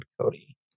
Cody